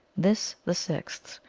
this, the sixth,